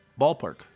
ballpark